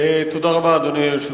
תודה רבה.